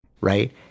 right